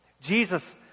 Jesus